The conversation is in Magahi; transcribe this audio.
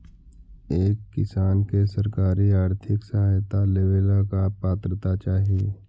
एक किसान के सरकारी आर्थिक सहायता लेवेला का पात्रता चाही?